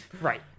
Right